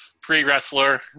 pre-wrestler